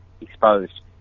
exposed